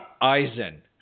Eisen